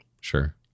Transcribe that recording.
sure